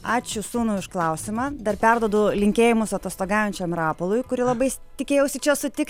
ačiū sūnui už klausimą dar perduodu linkėjimus atostogaujančiam rapolui kurį labai tikėjausi čia sutikt